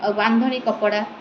ଆଉ ବାନ୍ଧନୀ କପଡ଼ା